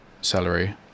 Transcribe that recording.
celery